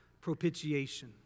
propitiation